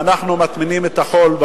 ואנחנו טומנים את הראש בחול,